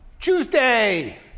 Tuesday